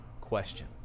question